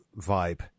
vibe